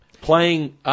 playing